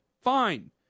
Fine